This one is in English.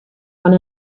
one